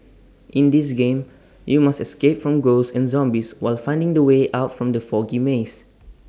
in this game you must escape from ghosts and zombies while finding the way out from the foggy maze